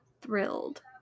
thrilled